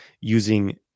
using